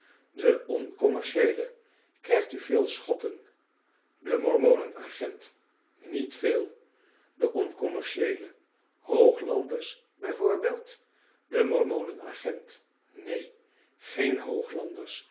de oncommercieele krijgt u veel schotten de mormonen agent niet veel de oncommercieele hooglanders bij voorbeeld de mormonen ag ent neen geen